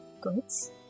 goods